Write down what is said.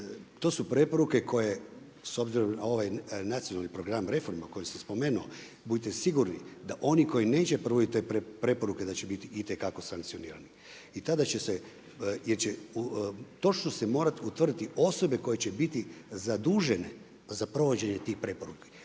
to su preporuke koje s obzirom na ovaj nacionalni program reforma koju sam spomenuo budite sigurni da oni koji neće provoditi te preporuke da će biti itekako sankcionirani jer će se točno morati utvrditi osobe koje će biti zadužene za provođenje tih preporuka,